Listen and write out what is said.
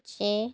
ছে